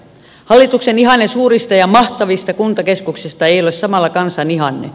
hallituksen ihanne suurista ja mahtavista kuntakeskuksista ei ole samalla kansan ihanne